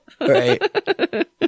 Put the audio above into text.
Right